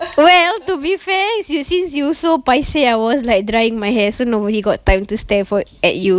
well to be fair s~ since you so paiseh I was like drying my hair so nobody got time to stare fo~ at you